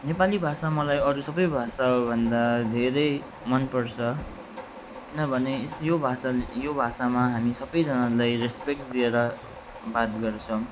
नेपाली भाषा मलाई अरू सबै भाषाभन्दा धेरै मनपर्छ किनभने यस यो भाषा यो भाषामा हामी सबैजनालाई रेस्पेक्ट दिएर बात गर्छौँ